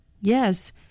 Yes